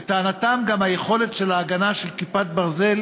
לטענתם, גם יכולת ההגנה של כיפת הברזל